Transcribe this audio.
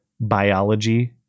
biology